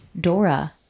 Dora